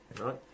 Right